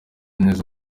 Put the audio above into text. neza